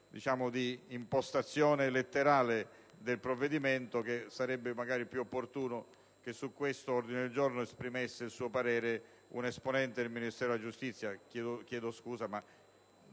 notazione di impostazione letterale del provvedimento, mentre sarebbe più opportuno che su quest'ordine del giorno esprimesse il parere un esponente del Ministero della giustizia.